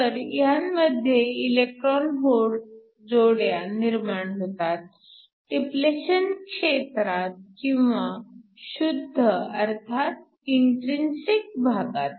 तर ह्यांमध्ये electron hole जोड्या निर्माण होतात डिप्लेशन क्षेत्रात किंवा शुद्ध अर्थात इंट्रिनसिक भागात